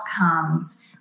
outcomes